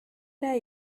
der